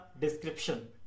description